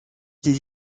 des